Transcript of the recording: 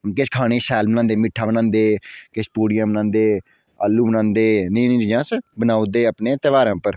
किश खाने शैल बनांदे मिट्ठा बनांदे किस पूड़ियां बनांदे आलू बनांदे नेह् नेह् चीजां अस बनाई ओड़दे अपने तेहारें उप्पर